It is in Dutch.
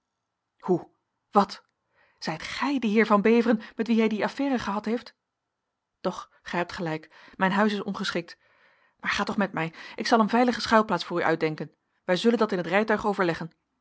hoe wat zijt gij die heer van beveren met wien hij die affaire gehad heeft doch gij hebt gelijk mijn huis is ongeschikt maar ga toch met mij ik zal een veilige schuilplaats voor u uitdenken wij zullen dat in het rijtuig overleggen